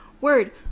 word